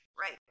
right